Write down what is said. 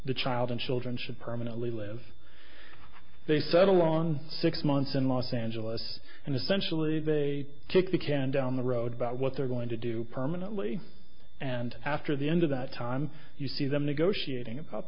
the child and children should permanently live they settle on six months in los angeles and essentially they kick the can down the road about what they're going to do permanently and after the end of that time you see them negotiating about